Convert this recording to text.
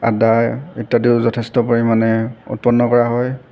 আদা ইত্যাদিও যথেষ্ট পৰিমাণে উৎপন্ন কৰা হয়